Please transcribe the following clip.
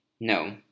No